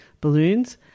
balloons